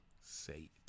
say